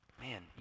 man